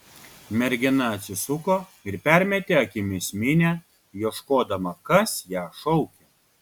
mergina atsisuko ir permetė akimis minią ieškodama kas ją šaukia